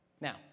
Now